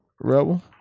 Rebel